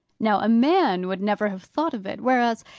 now, a man would never have thought of it! whereas,